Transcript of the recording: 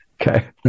Okay